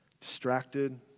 distracted